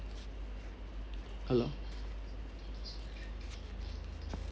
hello